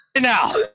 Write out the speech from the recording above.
now